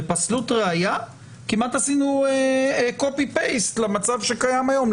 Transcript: בפסלות ראיה כמעט עשינו קופי-פייסט למצב שקיים היום.